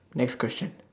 next question